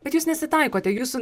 bet jūs nesitaikote jūsų